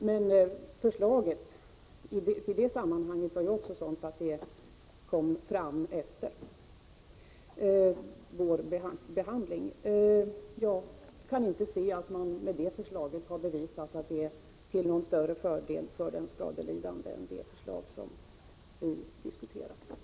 Men förslaget i det sammanhanget kom fram först efter vår behandling. Jag kan inte se att man bevisat att det förslaget är till större fördel för de skadelidande än det huvudförslag som vi diskuterar.